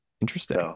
Interesting